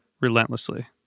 relentlessly